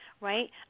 right